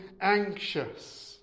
anxious